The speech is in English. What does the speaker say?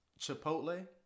Chipotle